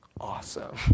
awesome